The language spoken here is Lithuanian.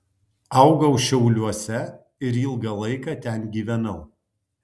augau šiauliuose ir ilgą laiką ten gyvenau